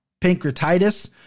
pancreatitis